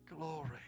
Glory